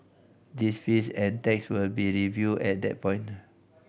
these fees and tax will be reviewed at that point